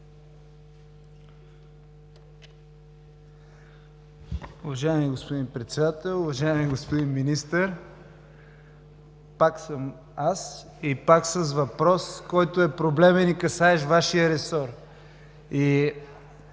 Уважаеми господин Председател! Уважаеми господин Министър, пак съм аз и пак с въпрос, който е проблемен и касаещ Вашия ресор.